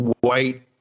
white